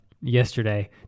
yesterday